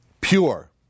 pure